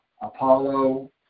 Apollo